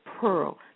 pearl